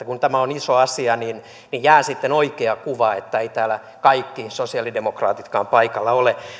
kun tämä on iso asia niin niin jää sitten oikea kuva että eivät täällä kaikki sosialidemokraatitkaan paikalla ole